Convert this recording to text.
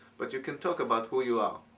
but you can talk about who you are.